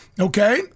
Okay